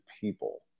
people